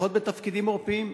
לפחות בתפקידים עורפיים.